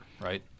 right